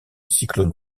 cyclone